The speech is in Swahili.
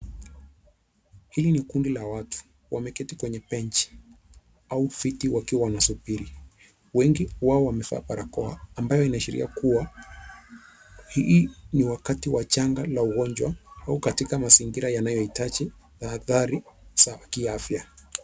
Hili ni kundi la watu wameketi kwenye benchi au viti wakiwa wanasubiri. Wengi wao wamevaa barakoa ambayo inaashiria kuwa, hii ni wakati wa janga la ugonjwa au katika mazingira yanayohitaji na athari za kiafya.